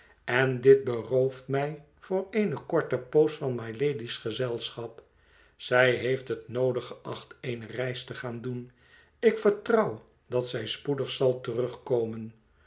en dit berooft mij voor eene korte poos van mylady's gezelschap zij heeft het noodig geacht eene reis te gaan doen ik vertrouw dat zij spoedig zal terugkomen